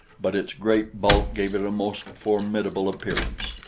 but its great bulk gave it a most formidable appearance.